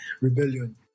rebellion